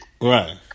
Right